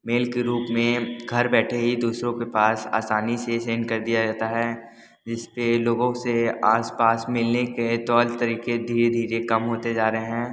mail के रूप में घर बैठे ही दूसरो के पास आसानी से सेंड कर दिया जाता है जिस पर लोगों से आसपास मिलने के तौर तरीके धीरे धीरे कम होते जा रहे हैं